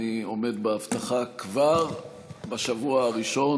ואני עומד בהבטחה כבר בשבוע הראשון,